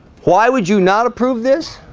why would you not approve this